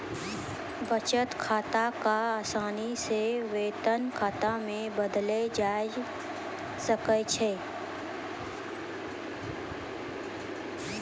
बचत खाता क असानी से वेतन खाता मे बदललो जाबैल सकै छै